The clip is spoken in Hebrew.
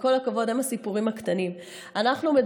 עם כל הכבוד,